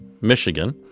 Michigan